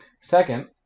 Second